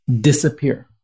disappear